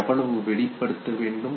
எவ்வளவு வெளிப்படுத்த வேண்டும்